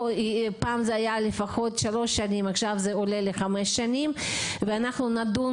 פעם זה היה לפחות 3 שנים ועכשיו זה עולה ל-5 שנים ואנחנו נדון